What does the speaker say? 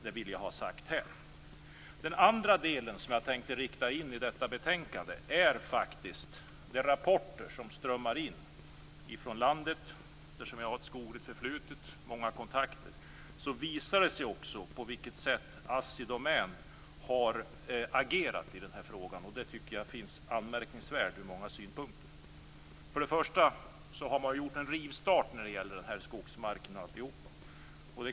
Eftersom jag har ett skogligt förflutet med många kontakter kan jag se, i de rapporter som strömmar in från landet, på vilket sätt Assi Domän har agerat i den här frågan. Det tycker jag är anmärkningsvärt ur många synpunkter. Man har gjort en rivstart när det gäller skogsmarken.